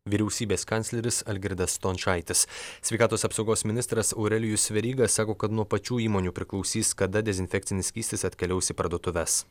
vyriausybės kancleris algirdas stončaitis sveikatos apsaugos ministras aurelijus veryga sako kad nuo pačių įmonių priklausys kada dezinfekcinis skystis atkeliaus į parduotuves